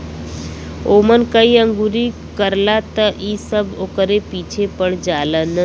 ओमन कोई अंगुरी करला त इ सब ओकरे पीछे पड़ जालन